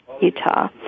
Utah